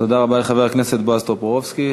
תודה לחבר הכנסת בועז טופורובסקי.